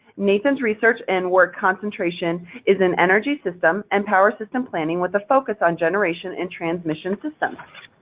nathan's research and work concentration is in energy system and power system planning with a focus on generation and transmission systems.